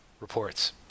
reports